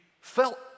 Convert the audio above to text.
felt